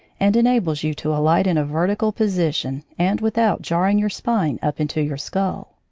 and enables you to alight in a vertical position and without jarring your spine up into your skull.